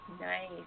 Nice